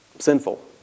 Sinful